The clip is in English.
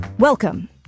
Welcome